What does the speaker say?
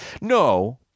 No